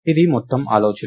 ఇది మొత్తం ఆలోచన